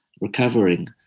recovering